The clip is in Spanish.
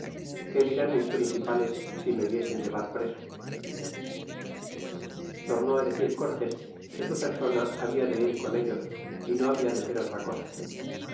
qué dirán mis principales si me viesen llevar preso tornó á decir cortés que su persona habia de ir con ellos y no habia de ser otra cosa